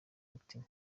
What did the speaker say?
mutima